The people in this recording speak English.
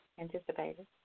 anticipated